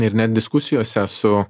ir net diskusijose su